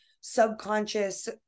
subconscious